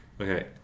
Okay